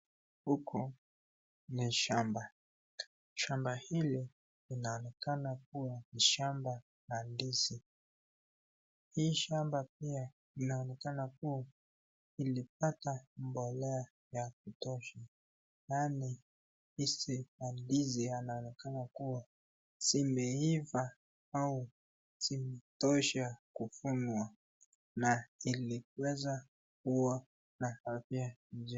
Huku, ni shamba, shamba hili, linaonekana kuwa, ni shamba, la ndizi, hii shamba pia inaonekana, ilipata mbolea ya kutosha, ndani hizi madizi zinaonekana kuwa, zimeiva, au, zimetosha, kuvunwa, na iliweza, kuwa na afya, nje.